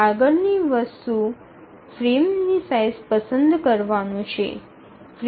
આગળની વસ્તુ ફ્રેમની સાઇઝ પસંદ કરવાનું છે